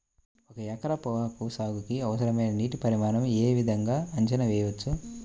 ఒక ఎకరం పొగాకు సాగుకి అవసరమైన నీటి పరిమాణం యే విధంగా అంచనా వేయవచ్చు?